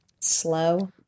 slow